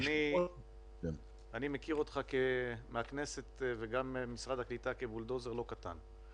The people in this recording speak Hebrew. אני מכיר אותך מהכנסת וגם ממשרד הקליטה כבולדוזר לא קטן.